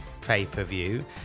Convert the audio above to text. pay-per-view